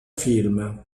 film